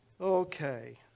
Okay